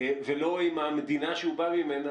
ולא אם המדינה שהוא בא ממנה,